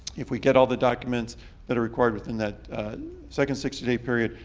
if we get all the documents that are required within that second sixty day period,